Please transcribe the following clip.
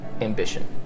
ambition